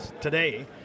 today